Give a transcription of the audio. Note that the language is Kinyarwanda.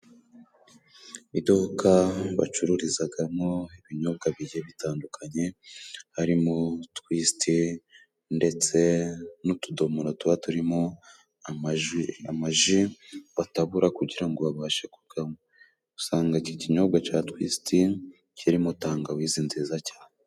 Iduka bacururizagamo ibinyobwa bigiye bitandukanye, harimo tuwisiti ndetse n'utudomoro tuba turimo amaji amaji batabura kugira ngo babashe kuganywa, usanga iki kinyobwa cya tuwisiti kirimo tangawizi nziza cyane.